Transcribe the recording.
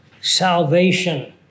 salvation